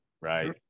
right